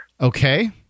Okay